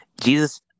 Jesus